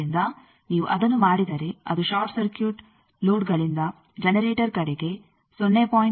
ಆದ್ದರಿಂದ ನೀವು ಅದನ್ನು ಮಾಡಿದರೆ ಅದು ಷಾರ್ಟ್ ಸರ್ಕ್ಯೂಟ್ ಲೋಡ್ಗಳಿಂದ ಜನರೇಟರ್ಕಡೆಗೆ 0